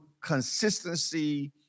consistency